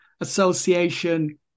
Association